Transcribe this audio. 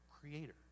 creator